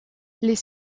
les